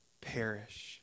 perish